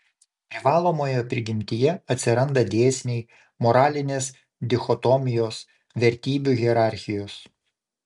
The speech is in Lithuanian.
privalomoje prigimtyje atsiranda dėsniai moralinės dichotomijos vertybių hierarchijos